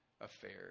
affairs